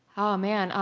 oh man,